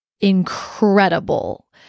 incredible